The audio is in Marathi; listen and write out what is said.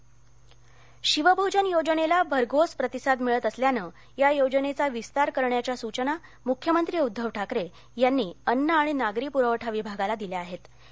शिवभोजन विस्तार शिवभोजन योजनेला भरघोस प्रतिसाद मिळत असल्यानं या योजनेचा विस्तार करण्याच्या सूचना मुख्यमंत्री उद्धव ठाकरे यांनी अन्न आणि नागरी प्रवठा विभागाला दिल्या होत्या